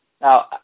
Now